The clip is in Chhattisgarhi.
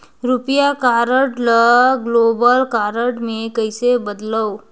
रुपिया कारड ल ग्लोबल कारड मे कइसे बदलव?